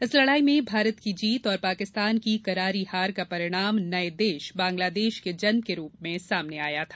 इस लड़ाई में भारत की जीत और पाकिस्तान की करारी हार का परिणाम नये देश बंगलादेश के जन्म के रूप में सामने आया था